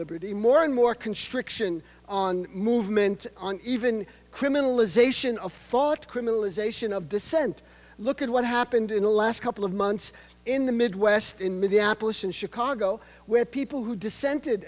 liberty more and more constriction on movement even criminalization of thought criminalization of dissent look at what happened in the last couple of months in the midwest in minneapolis and chicago where people who dissented